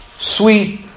sweet